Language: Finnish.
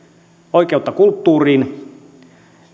oikeutta kulttuuriin